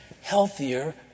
healthier